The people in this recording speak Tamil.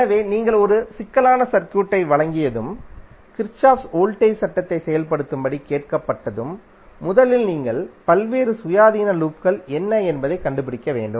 எனவே நீங்கள் ஒரு சிக்கலான சர்க்யூட்டை வழங்கியதும் கிர்ச்சோஃப்பின் வோல்டேஜ் சட்டத்தை செயல்படுத்தும்படி கேட்கப்பட்டதும் முதலில் நீங்கள் பல்வேறு சுயாதீன லூப்கள் என்ன என்பதைக் கண்டுபிடிக்க வேண்டும்